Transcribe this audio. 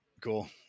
cool